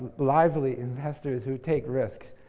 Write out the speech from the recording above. lively investors who take risks.